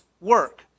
work